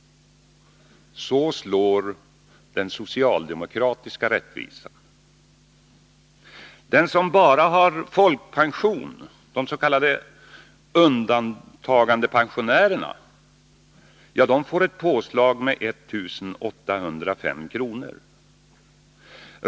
Så slår den socialdemokratiska rättvisan. Den som bara har folkpension, de s.k. undantagandepensionärerna, får ett påslag med 1 805 kr.